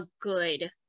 good